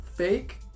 fake